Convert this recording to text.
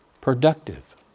productive